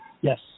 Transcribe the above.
Yes